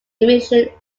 emission